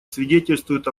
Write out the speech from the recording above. свидетельствуют